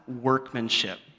workmanship